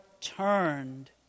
turned